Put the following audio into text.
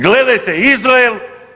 Gledajte Izrael.